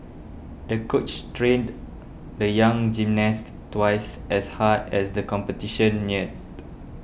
the coach trained the young gymnast twice as hard as the competition neared